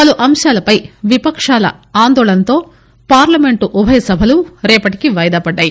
పలు అంశాలపై విపక్షాల ఆందోళనతో పార్లమెంట్ ఉభయసభలు రేపటికి వాయిదా పడ్దాయి